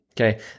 Okay